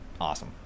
awesome